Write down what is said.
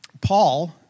Paul